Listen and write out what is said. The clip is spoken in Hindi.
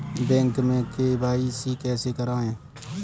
बैंक में के.वाई.सी कैसे करायें?